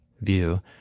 view